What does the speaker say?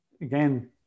Again